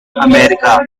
america